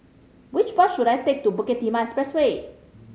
which bus should I take to Bukit Timah Expressway